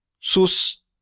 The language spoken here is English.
sus